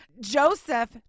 joseph